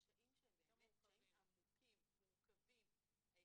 קשיים עמוקים ומורכבים.